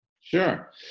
Sure